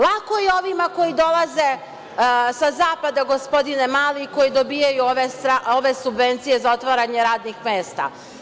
Lako je ovima koji dolaze sa zapada, gospodine Mali, koji dobijaju ove subvencije za otvaranje radnih mesta.